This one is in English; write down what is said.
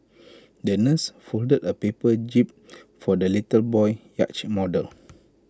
the nurse folded A paper jib for the little boy's yacht model